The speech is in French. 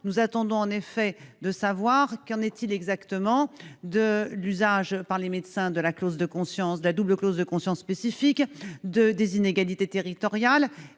Nous voulons en effet savoir ce qu'il en est exactement de l'usage par les médecins de la clause de conscience spécifique et des inégalités territoriales.